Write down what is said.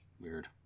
Weird